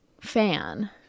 fan